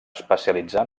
especialitzar